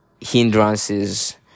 hindrances